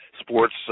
sports